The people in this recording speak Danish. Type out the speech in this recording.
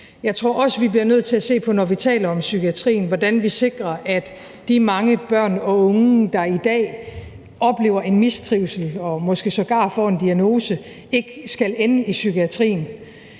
Jeg tror også, at vi bliver nødt til, når vi taler om psykiatrien, at se på, hvordan vi sikrer, at de mange børn og unge, der i dag oplever en mistrivsel og måske sågar får en diagnose, ikke skal ende i psykiatrien.